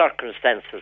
circumstances